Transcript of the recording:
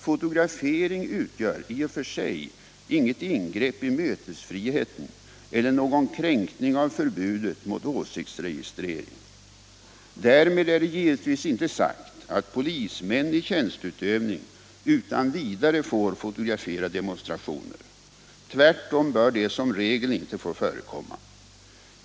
Fotografering utgör i och för sig inget ingrepp i mötesfriheten eller någon kränkning av förbudet mot åsiktsregistrering. Därmed är givetvis inte sagt att polismän i tjänsteutövning utan vidare får fotografera demonstrationer. Tvärtom bör det som regel inte få förekomma.